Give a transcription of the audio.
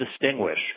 distinguish